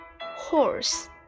Horse